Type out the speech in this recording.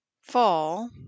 fall